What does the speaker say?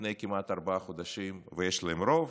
לפני כמעט ארבעה חודשים ויש להם רוב,